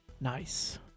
nice